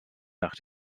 nach